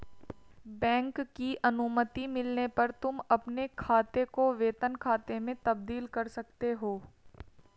bank की अनुमति मिलने पर तुम अपने खाते को वेतन खाते में तब्दील कर सकते हो